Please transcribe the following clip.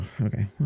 okay